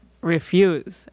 refuse